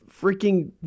freaking